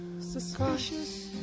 suspicious